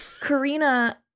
Karina